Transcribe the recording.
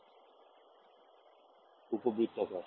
ছাত্র ছাত্রীঃ উপবৃত্তাকার